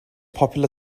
popular